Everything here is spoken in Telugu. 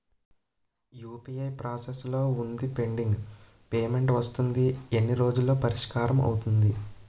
యు.పి.ఐ ప్రాసెస్ లో వుందిపెండింగ్ పే మెంట్ వస్తుంది ఎన్ని రోజుల్లో పరిష్కారం అవుతుంది